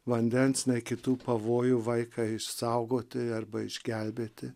vandens nei kitų pavojų vaiką išsaugoti arba išgelbėti